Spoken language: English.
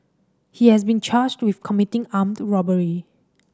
he has been charged with committing armed robbery